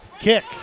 kick